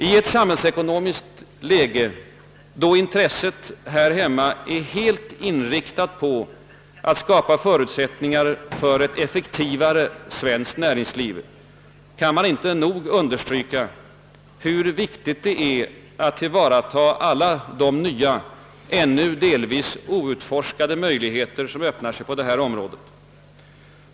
I ett samhällsekonomiskt läge, då intresset här hemma är helt inriktat på att skapa förutsättningar för ett effektivare svenskt näringsliv, kan inte nog understrykas hur viktigt det är att tillvarata alla de nya, ännu delvis outforskade möjligheter som öppnar sig på detta område.